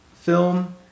film